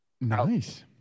Nice